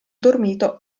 dormito